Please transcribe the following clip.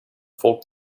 folk